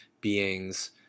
beings